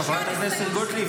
חברת הכנסת גוטליב,